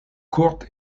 courte